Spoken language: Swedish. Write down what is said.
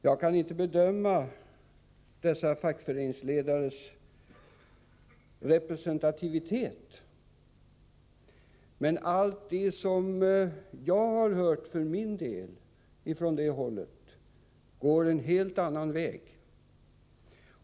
Jag kan inte bedöma dessa fackföreningsledares representativitet, men allt det som jag har hört ifrån det hållet går i en helt annan riktning.